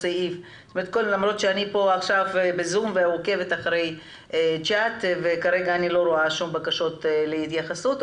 אני עוקבת אחרי הצ'ט וכרגע אני לא רואה שום בקשות להתייחסות.